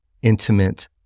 intimate